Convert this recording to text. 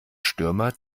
stürmer